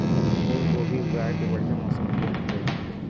फूलगोभी उगाए के बढ़िया मौसम कोन हर ये?